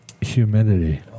Humidity